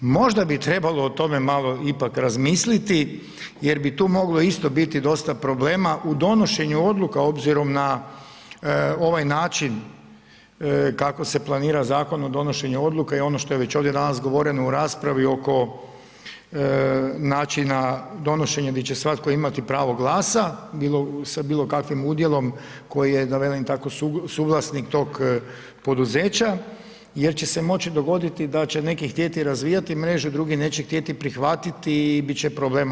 Možda bi trebalo o tome malo ipak razmisliti jer bi tu moglo isto biti dosta problema u donošenju odluku obzirom na ovaj način kako se planira zakon o donošenju odluka i ono što je već danas govoreno u raspravi oko načina donošenja gdje će svatko imati pravo glasa sa bilo kakvim udjelom koji je da velim tako suvlasnik tog poduzeća, jer će se moći dogoditi da će neki htjeti razvijati mreže, a drugi neće htjeti prihvatiti i bit će problema.